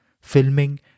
filming